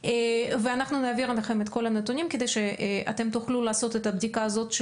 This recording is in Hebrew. אנחנו נעביר אליכם את כל הנתונים כדי שאתם תוכלו לעשות את הבדיקה הזאת.